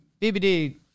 BBD